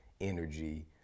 energy